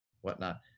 whatnot